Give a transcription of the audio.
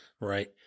Right